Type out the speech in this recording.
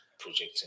projecting